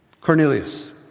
Cornelius